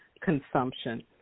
consumption